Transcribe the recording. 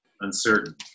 uncertain